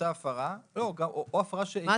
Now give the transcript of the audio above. אותה הפרה או אחרת.